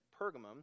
Pergamum